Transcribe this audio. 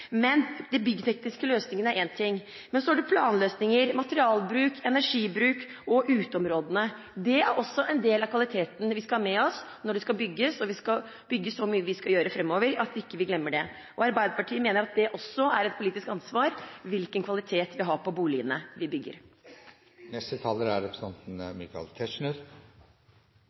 men så er det planløsninger, materialbruk, energibruk og uteområder. Det er også deler av kvaliteten som vi skal ha med oss. Når vi skal bygge så mye som vi skal gjøre framover, må vi ikke glemme det. Arbeiderpartiet mener at også det er et politisk ansvar – hvilken kvalitet vi har på boligene vi bygger.